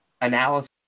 analysis